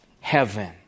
heaven